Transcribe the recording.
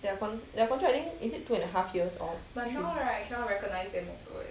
their con~ their contract I think is it two and a half years or three